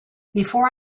before